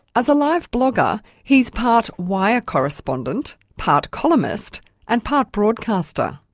as a live blogger he's part wire correspondent, part columnist and part broadcaster.